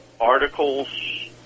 articles